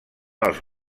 els